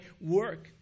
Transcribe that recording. work